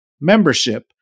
Membership